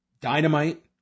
Dynamite